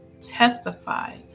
testify